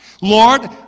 Lord